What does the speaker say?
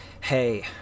hey